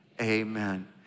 Amen